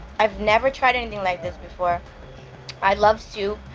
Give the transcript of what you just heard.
i've never tried anything like this before i love soup,